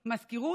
מזכירות,